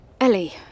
Ellie